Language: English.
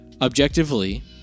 Objectively